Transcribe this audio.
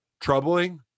troubling